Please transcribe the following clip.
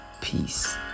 peace